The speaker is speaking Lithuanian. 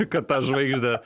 kad tą žvaigždę